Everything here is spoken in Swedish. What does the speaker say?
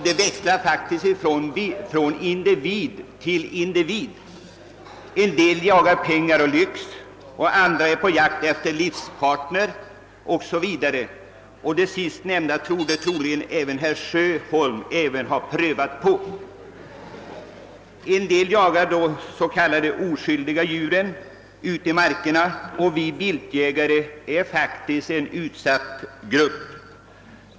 Det växlar från individ till individ: en del jagar pengar och lyx, andra är på jakt efter en livspartner o.s.v. Jakt av det sistnämnda slaget torde även herr Sjöholm ha bedrivit. Och en del jagar alltså de s.k. oskyldiga djuren ute i markerna. Vi viltjägare är faktiskt en utsatt grupp.